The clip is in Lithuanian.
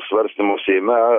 svarstymų seime